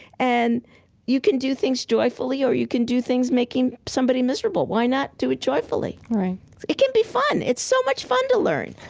and you can do things joyfully or you can do things making somebody miserable. why not do it joyfully? right it can be fun. it's so much fun to learn